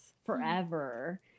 forever